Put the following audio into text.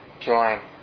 join